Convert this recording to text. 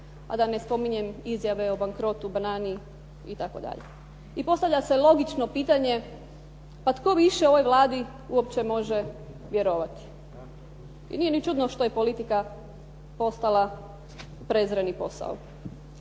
a da ne spominjem izjave o bankrotu, banani itd. I postavlja se logično pitanje, pa tko više ovoj Vladi uopće može vjerovati? Nije ni čudno što je politika postala prezreni posao.